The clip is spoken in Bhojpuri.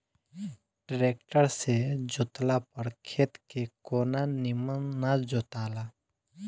ट्रेक्टर से जोतला पर खेत के कोना निमन ना जोताला